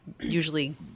usually